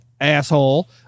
asshole